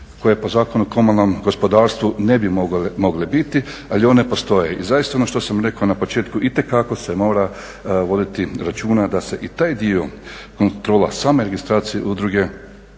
koje po Zakonu o komunalnom gospodarstvu ne bi mogle biti, ali one postoje. I zaista ono što sam rekao na početku itekako se mora voditi računa da se i taj dio, kontrola same registracije udruge,